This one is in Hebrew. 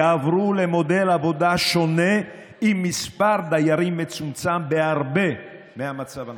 יעברו למודל עבודה שונה עם מספר דיירים מצומצם בהרבה מהמצב הנוכחי.